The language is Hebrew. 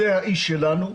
זה האיש שלנו,